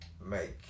make